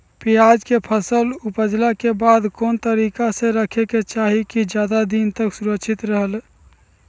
प्याज के फसल ऊपजला के बाद कौन तरीका से रखे के चाही की ज्यादा दिन तक सुरक्षित रहय?